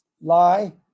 Lie